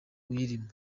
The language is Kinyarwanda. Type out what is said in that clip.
uyirimo